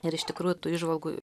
ir iš tikrųjų tų įžvalgų